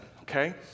Okay